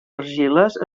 argiles